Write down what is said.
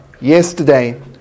yesterday